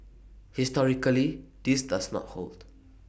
historically this does not hold